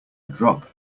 drop